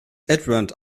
edward